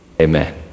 amen